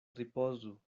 ripozu